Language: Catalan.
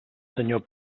senyor